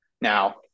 now